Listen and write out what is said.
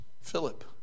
Philip